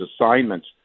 assignments